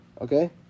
Okay